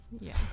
yes